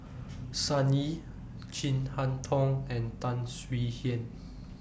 Sun Yee Chin Harn Tong and Tan Swie Hian